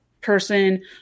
person